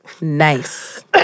Nice